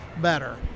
better